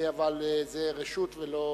אבל זאת רשות ולא